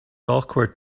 awkward